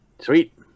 Sweet